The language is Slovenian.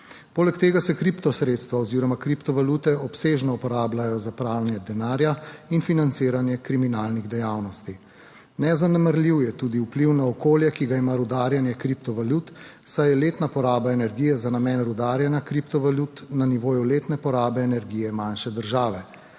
Poleg tega se kriptosredstva oziroma kriptovalute obsežno uporabljajo za pranje denarja in financiranje kriminalnih dejavnosti. Nezanemarljiv je tudi vpliv na okolje, ki ga ima rudarjenje kriptovalut, saj je letna poraba energije za namen rudarjenja kriptovalut na nivoju letne porabe energije manjše države.